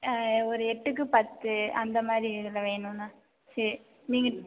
ஒரு எட்டுக்கு பத்து அந்தமாதிரி இதில் வேணுண்ணா சரி நீங்கள்